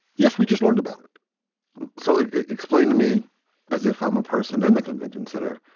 yes, we just learned about it so explain to me as if i'm a person in the convention center.